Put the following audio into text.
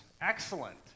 Excellent